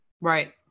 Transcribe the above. Right